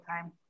time